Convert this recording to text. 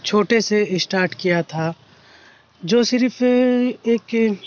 چھوٹے سے اسٹاٹ کیا تھا جو صرف ایک